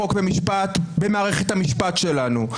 חוק ומשפט במערכת המשפט שלנו.